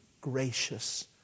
gracious